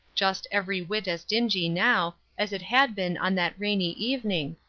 just every whit as dingy now, as it had been on that rainy evening,